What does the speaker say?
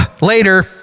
later